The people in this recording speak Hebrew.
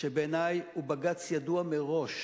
שבעיני הוא בג"ץ ידוע מראש